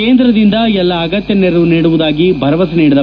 ಕೇಂದ್ರದಿಂದ ಎಲ್ಲಾ ಅಗತ್ತ ನೆರವು ನೀಡುವುದಾಗಿ ಭರವಸೆ ನೀಡಿದರು